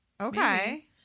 okay